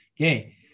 Okay